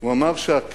הוא אמר שהקניין,